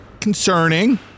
concerning